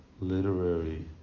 literary